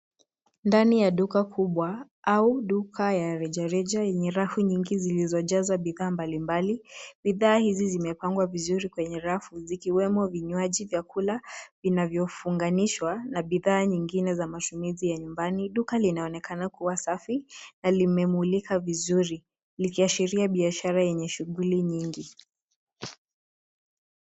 Ndani ya duka kubwa au duka ya rejareja enye rafu nyingi zilizojazwa bidhaa mbalimbali. Bidhaa hizi zimepangwa vizuri kwenye rafu zikiwemo vinywaji, vyakula vinavyofunganishwa na bidhaa nyingine za matumizi ya nyumbani. Duka linaonekana kuwa safi na limemulika vizuri likiashiria biashara lenye shuguli nyingi.